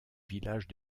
village